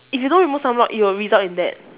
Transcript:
if you don't remove some more it will result in that